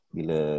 Bila